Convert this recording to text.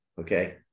okay